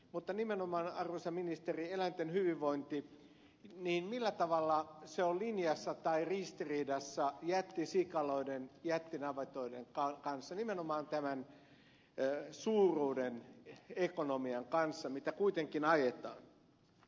mutta nimenomaan arvoisa ministeri millä tavalla eläinten hyvinvointi on linjassa tai ristiriidassa jättisikaloiden ja jättinavetoiden kanssa nimenomaan tämän suuruuden ekonomian kanssa mitä kuitenkin ajetaan